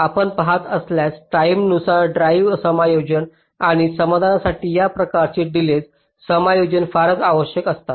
आपण पहात असल्यास टाईम नुसार ड्रिव्हन समायोजन आणि समाधानासाठी या प्रकारचे डिलेज समायोजन फारच आवश्यक असतात